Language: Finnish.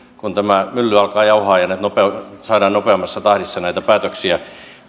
kun tämä mylly alkaa jauhaa ja saadaan nopeammassa tahdissa näitä päätöksiä